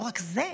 לא רק זה,